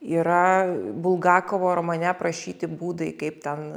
yra bulgakovo romane aprašyti būdai kaip ten